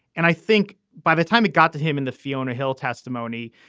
and i think by the time it got to him in the fiona hill testimony,